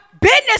business